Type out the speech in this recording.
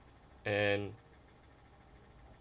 and